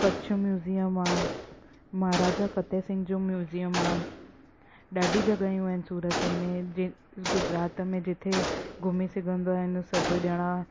Kutch museum आहे महाराजा फ़तेह सिंग जो museum आहे ॾाढी जॻहियूं आहिनि सूरत में जंहिं गुजरात में जिते घुमी सघंदा आहिनि सभु ॼणा